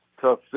tough